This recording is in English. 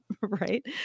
right